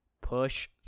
push